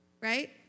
right